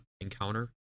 encounter